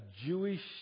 Jewish